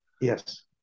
Yes